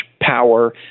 power